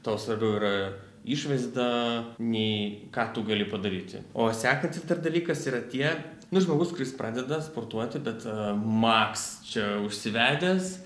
tau svarbiau yra išvaizda nei ką tu gali padaryti o sekantis dar dalykas yra tie žmogus kuris pradeda sportuoti bet maks čia užsivedęs